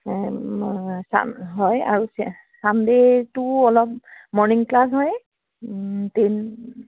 ছা হয় আৰু ছানডে'টোও অলপ মৰ্ণিং ক্লাছ হয় তিন